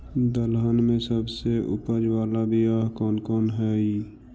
दलहन में सबसे उपज बाला बियाह कौन कौन हइ?